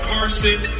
Carson